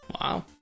Wow